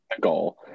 goal